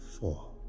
four